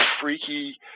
freaky